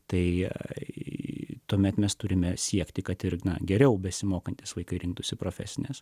tai tuomet mes turime siekti kad igną geriau besimokantys vaikai rinktųsi profesines